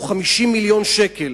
הוא 50 מיליון שקל,